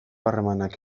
harremanak